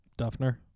Duffner